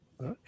Okay